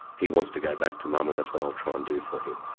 he wants to go back to mum and that's what i'll try and do for him.